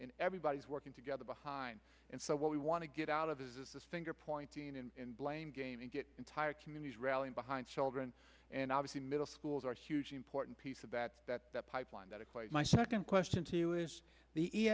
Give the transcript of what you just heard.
everybody's working together behind and so what we want to get out of this is this finger pointing and blame game and get entire communities rallying behind children and obviously middle schools are hugely important piece of that that that pipeline that is quite my second question to you is the